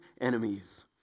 enemies